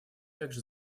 также